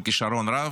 בכישרון רב,